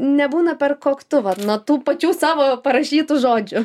nebūna per koktu vat nuo tų pačių savo parašytų žodžių